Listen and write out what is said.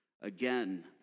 again